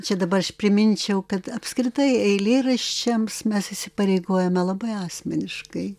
čia dabar aš priminčiau kad apskritai eilėraščiams mes įsipareigojome labai asmeniškai